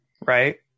Right